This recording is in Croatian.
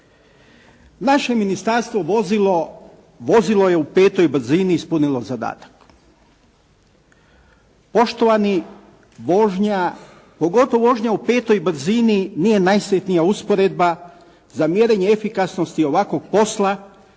“Naše ministarstvo vozilo je u petoj brzini i ispunilo zadatak.“ Poštovani, vožnja, pogotovo vožnja u petoj brzini nije najsretnija usporedba za mjerenje efikasnosti ovakvog posla,